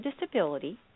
disability